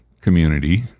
community